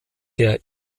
der